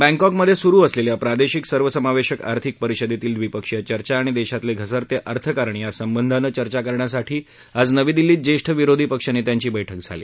बुक्रॅकमधे सुरु असलेल्या प्रादेशिक सर्वसमावेशक आर्थिक परिषदेतील द दविपक्षीय चर्चा आणि देशातले घसरते अर्थकारण यासंबंधाने चर्चा करण्यासाठी आज नवी दिल्लीत ज्येष्ठ विरोधी पक्षनेत्यांची बैठक झाली